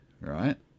right